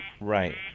Right